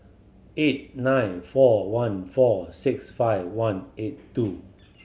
eight nine four one four six five one eight two